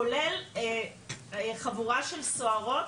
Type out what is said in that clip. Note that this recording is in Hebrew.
כולל חבורה של סוהרות,